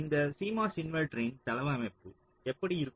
இந்த CMOS இன்வெர்ட்டரின் தளவமைப்பு எப்படி இருக்கும்